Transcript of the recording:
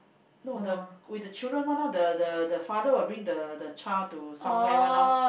no the with the children one lor the the the father will bring the the child to somewhere one lor